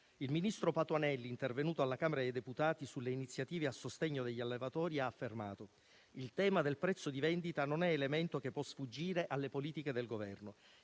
Il ministro Patuanelli, intervenuto alla Camera dei deputati sulle iniziative a sostegno degli allevatori, ha affermato che il tema del prezzo di vendita non è elemento che può sfuggire alle politiche del Governo.